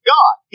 God